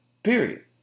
Period